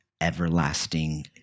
everlasting